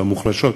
המוחלשות,